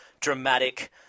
dramatic